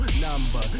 number